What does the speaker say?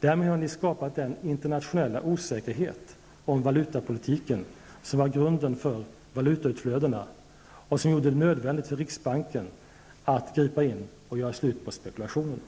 Därmed har ni skapat den internationella osäkerhet om valutapolitiken som var grunden för valutautflödena och som gjorde det nödvändigt för riksbanken att gripa in och göra slut på spekulationen.